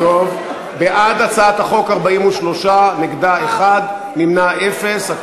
בעד הצעת החוק, 43, נגדה 1, נמנעים, אפס.